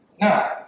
now